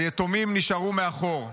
ויתומים נשארו מאחור.